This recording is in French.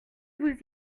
vous